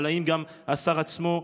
אבל ככל שזה המצב,